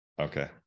Okay